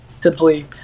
simply